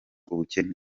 ubukene